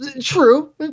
True